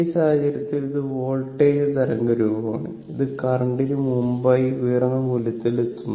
ഈ സാഹചര്യത്തിൽ ഇത് വോൾട്ടേജ് തരംഗ രൂപമാണ് ഇത് കറന്റിന് മുമ്പായി ഉയർന്ന മൂല്യത്തിൽ എത്തുന്നു